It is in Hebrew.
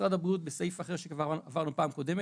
משרד הבריאות בסעיף אחר שכבר עברנו בפעם הקודמת,